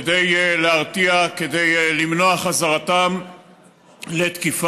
כדי להרתיע, כדי למנוע את חזרתם לתקיפה.